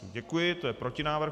Děkuji, to je protinávrh.